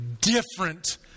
different